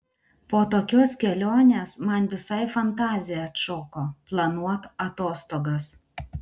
po tokios kelionės man visai fantazija atšoko planuot atostogas